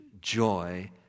joy